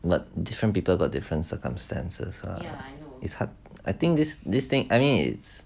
but different people got different circumstances it's hard I think this this thing I mean it's